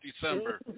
December